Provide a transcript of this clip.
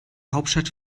hauptstadt